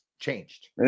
changed